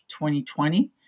2020